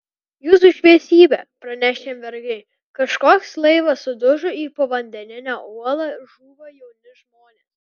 jūsų šviesybe praneš jam vergai kažkoks laivas sudužo į povandeninę uolą žūva jauni žmonės